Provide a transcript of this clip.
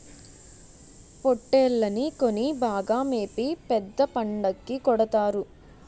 పోట్టేల్లని కొని బాగా మేపి పెద్ద పండక్కి కొడతారు